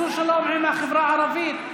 תעשו שלום עם החברה הערבית.